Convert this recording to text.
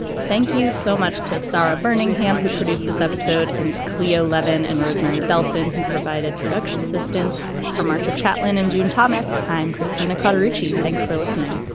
thank you so much to sara burning ham who produced this episode and cleo levon and rosemary belson who provided production assistance for marcia chaplin and june thomas. i'm christina carter chief. thanks for listening